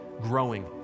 growing